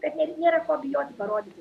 tad nė nėra ko bijoti parodyti